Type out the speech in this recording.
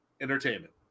entertainment